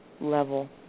level